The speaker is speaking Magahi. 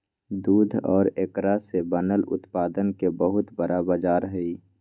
दूध और एकरा से बनल उत्पादन के बहुत बड़ा बाजार हई